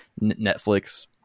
Netflix